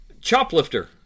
Choplifter